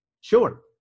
sure